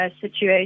situation